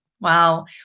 Wow